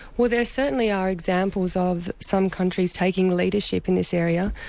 well there certainly are examples of some countries taking leadership in this area.